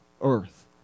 earth